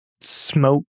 smoke